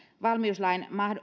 valmiuslain